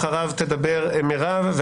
אחריו תדבר מירב כהן,